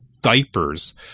diapers